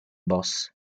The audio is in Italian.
boss